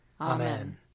Amen